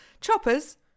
Choppers